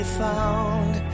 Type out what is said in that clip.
found